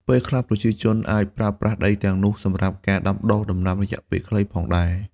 ពេលខ្លះប្រជាជនអាចប្រើប្រាស់ដីទាំងនោះសម្រាប់ការដាំដុះដំណាំរយៈពេលខ្លីផងដែរ។